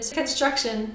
construction